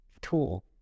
tool